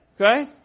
Okay